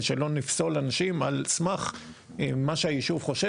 ושלא נפסול אנשים על סמך מה שהישוב חושב